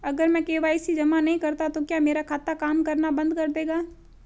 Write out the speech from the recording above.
अगर मैं के.वाई.सी जमा नहीं करता तो क्या मेरा खाता काम करना बंद कर देगा?